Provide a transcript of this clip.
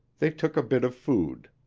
they took a bit of food.